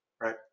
right